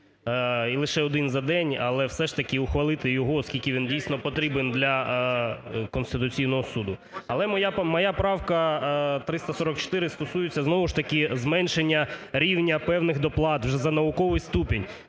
Лише один за день, але все ж таки ухвалити його, оскільки він дійсно потрібен для Конституційного Суду. Але моя правка 344 стосується знову ж таки зменшення рівня певних доплат за науковий ступінь.